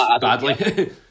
badly